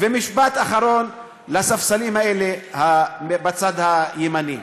ומשפט אחרון, לספסלים האלה בצד הימני: